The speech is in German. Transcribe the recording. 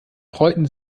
freuten